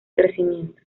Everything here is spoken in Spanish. crecimiento